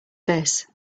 this